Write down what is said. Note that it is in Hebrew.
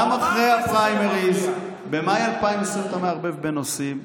גם אחרי הפריימריז במאי, אתה מערבב בין נושאים,